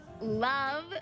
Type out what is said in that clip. Love